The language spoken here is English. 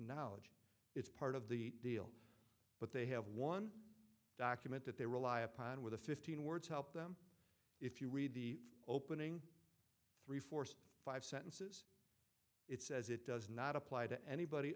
acknowledge it's part of the deal but they have one document that they rely upon with the fifteen words help them if you read the opening three fourths five sentences it says it does not apply to anybody